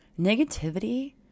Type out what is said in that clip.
negativity